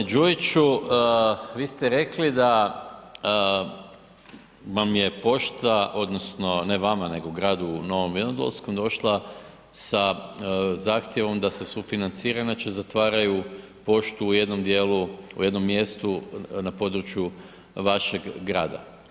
Hvala lijepo. g. Đujiću, vi ste rekli da vam je pošta odnosno ne vama nego gradu u Novom Vinodolskom došla sa zahtjevom da se sufinancira inače zatvaraju poštu u jednom dijelu, u jednom mjestu na području vašeg grada.